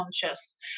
conscious